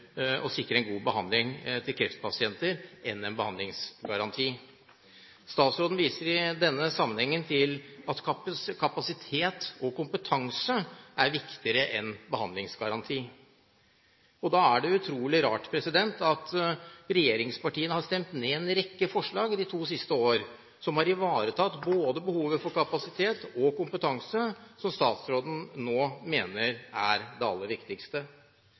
å sikre kreftpasienter en god behandling, enn en behandlingsgaranti. Statsråden viser i denne sammenheng til at kapasitet og kompetanse er viktigere enn behandlingsgaranti. Da er det utrolig rart at regjeringspartiene de to siste årene har stemt ned en rekke forslag som har ivaretatt behovet for både kapasitet og kompetanse, som statsråden nå mener er det aller viktigste.